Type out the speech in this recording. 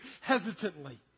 hesitantly